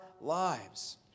lives